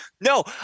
no